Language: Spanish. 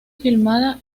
filmada